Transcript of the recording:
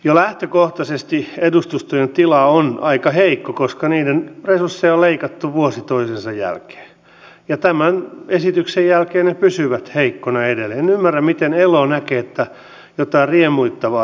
valitan että tässä menee vähän kiireesti tuo kello mutta koetan vastata sitten jos vielä mahdollisuus tulee yksityiskohtaisemmin näihin kysymyksiin jotka jäivät vastaamatta muun muassa paikallisen sopimiseen